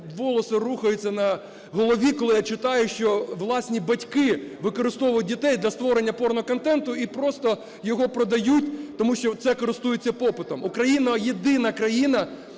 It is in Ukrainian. волоси рухаються на голові, коли я читаю, що власні батьки використовують дітей для створення порноконтенту і просто його продають, тому що це користується попитом. Україна – єдина країна